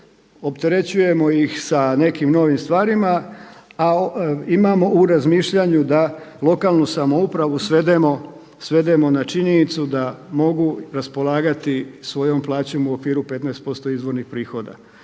opterećujemo ih sa nekim novim stvarima, a imamo u razmišljanju da lokalnu samoupravu svedemo na činjenicu da mogu raspolagati svojom plaćom u okviru 15% izvornih prihoda.